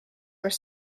were